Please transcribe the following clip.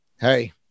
hey